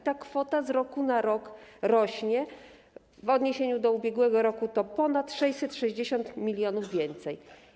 I ona z roku na rok rośnie - w odniesieniu do ubiegłego roku to jest ponad 660 mln więcej.